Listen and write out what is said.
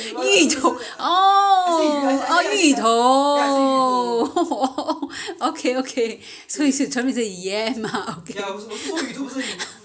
芋头 !ow! oh 芋头 okay okay so you're trying to say yam ah okay okay okay ya~ yam is it a'ah